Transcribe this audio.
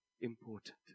important